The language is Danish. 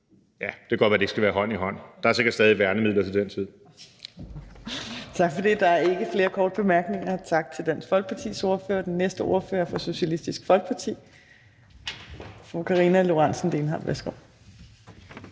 og det kunne godt være, at det ikke skulle være hånd i hånd. Der er sikkert stadig værnemidler til den tid. Kl. 15:27 Fjerde næstformand (Trine Torp): Tak for det. Der er ikke flere korte bemærkninger. Tak til Dansk Folkepartis ordfører. Den næste ordfører er fra Socialistisk Folkeparti, fru Karina Lorentzen Dehnhardt. Værsgo.